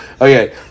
Okay